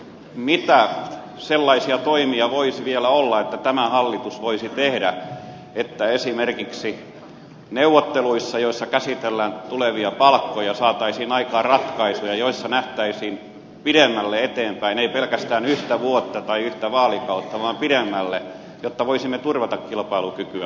mitä sellaisia toimia voisi vielä olla joita tämä hallitus voisi tehdä että esimerkiksi neuvotteluissa joissa käsitellään tulevia palkkoja saataisiin aikaan ratkaisuja joissa nähtäisiin pidemmälle eteenpäin ei pelkästään yhtä vuotta tai yhtä vaalikautta vaan pidemmälle jotta voisimme turvata kilpailukykyä suomelle